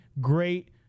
great